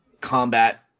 combat